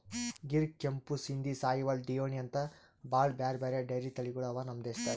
ಗಿರ್, ಕೆಂಪು ಸಿಂಧಿ, ಸಾಹಿವಾಲ್, ಡಿಯೋನಿ ಅಂಥಾ ಭಾಳ್ ಬ್ಯಾರೆ ಬ್ಯಾರೆ ಡೈರಿ ತಳಿಗೊಳ್ ಅವಾ ನಮ್ ದೇಶದಾಗ್